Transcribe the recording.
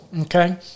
Okay